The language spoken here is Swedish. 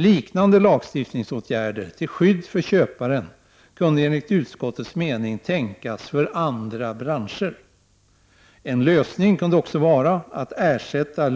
Liknande lagstiftningsåtgärder till skydd för köparen kunde enligt utskottets mening tänkas för andra branscher. En lösning kunde också vara att ersätta